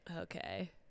okay